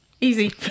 Easy